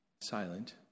silent